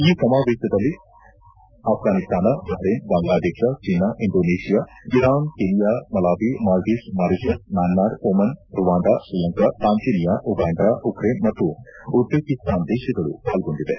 ಈ ಸಮಾವೇಶದಲ್ಲಿ Afghanistan Bahrain Bangladesh China Indonesia Iran Kenya Malawi Maldives Mauritius ಮ್ಲಾನ್ಸಾರ್ Oman Rwanda Sri Lanka Tanzania Uganda Ukraine ಮತ್ತು ಉಜ್ಲೇಕಿಸ್ತಾನ್ ದೇಶಗಳು ಪಾಲ್ಗೊಂಡಿವೆ